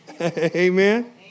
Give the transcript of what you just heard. Amen